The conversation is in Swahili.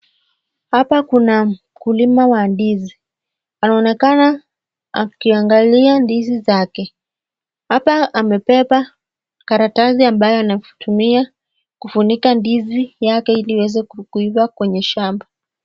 Hapa kuna mkulima wa ndizi ,anaonekana akiangalia ndizi zake ,hapa amebeba karatasi ambaye anatumia kufunika ndizi yake ili iweze kuiva kwenye shamba.